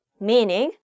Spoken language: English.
meaning